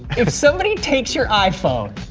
if somebody takes your iphone,